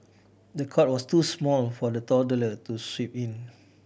the cot was too small for the toddler to sleep in